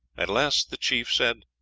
at last the chief said,